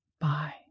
Bye